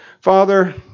Father